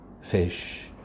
fish